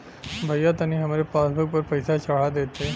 भईया तनि हमरे पासबुक पर पैसा चढ़ा देती